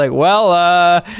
like well, um ah.